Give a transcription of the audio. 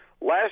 Last